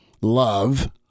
love